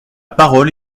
parole